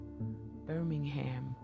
Birmingham